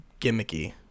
gimmicky